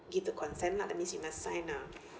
give the consent lah that means you must sign lah